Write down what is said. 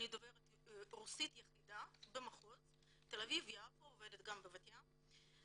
אני דוברת רוסית יחידה במחוז תל-אביב-יפו ועובדת גם בבת-ים.